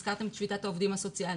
הזכרתם את שביתת העובדים הסוציאליים.